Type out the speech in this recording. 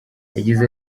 yagize